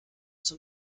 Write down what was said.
zum